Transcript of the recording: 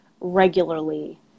regularly